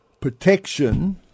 protection